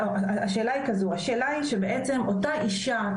השאלה היא שבעצם אותה אישה,